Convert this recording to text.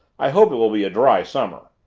i hope it will be a dry summer.